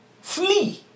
flee